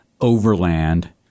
overland